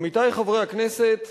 עמיתי חברי הכנסת,